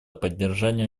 поддержания